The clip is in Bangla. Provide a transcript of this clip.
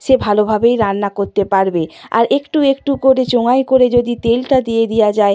সে ভালোভাবেই রান্না করতে পারবে আর একটু একটু করে চোঙায় করে যদি তেলটা দিয়ে দেওয়া যায়